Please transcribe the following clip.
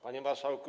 Panie Marszałku!